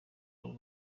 abo